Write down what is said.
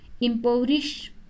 impoverish